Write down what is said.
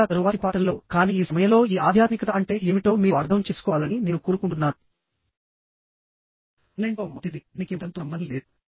సరిగ్గా తరువాతి పాఠంలో కానీ ఈ సమయంలో ఈ ఆధ్యాత్మికత అంటే ఏమిటో మీరు అర్థం చేసుకోవాలని నేను కోరుకుంటున్నానుఅన్నింటిలో మొదటిది దీనికి మతంతో సంబంధం లేదు